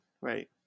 right